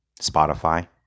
Spotify